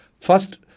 first